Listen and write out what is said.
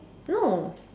no